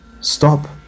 Stop